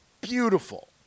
beautiful